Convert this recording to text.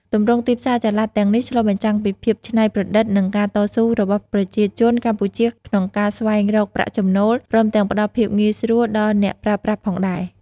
ទម្រង់ទីផ្សារចល័តទាំងនេះឆ្លុះបញ្ចាំងពីភាពច្នៃប្រឌិត និងការតស៊ូរបស់ប្រជាជនកម្ពុជាក្នុងការស្វែងរកប្រាក់ចំណូល ព្រមទាំងផ្តល់ភាពងាយស្រួលដល់អ្នកប្រើប្រាស់ផងដែរ។